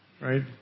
right